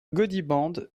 gaudiband